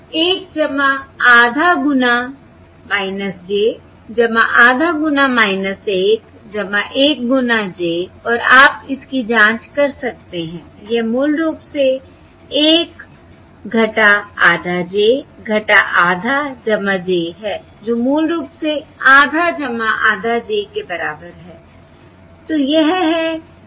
1 आधा गुना j आधा गुना 1 1 गुना j और आप इसकी जांच कर सकते हैं यह मूल रूप से 1 आधा j आधा j है जो मूल रूप से आधा आधा j के बराबर है